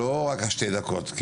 לא רק שתי דקות.